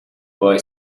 boy